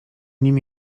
nim